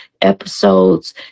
episodes